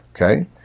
okay